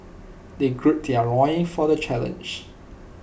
they gird their loin for the challenge